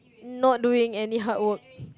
not doing any hard work